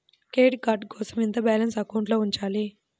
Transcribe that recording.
Credit card కోసం ఎంత balance అకౌంట్లో ఉంచాలి?